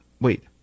wait